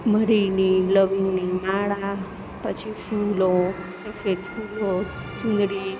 મરીની લવિંગની માળા પછી ફૂલો સફેદ ફૂલો ચૂંદડી